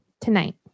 tonight